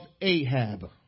Ahab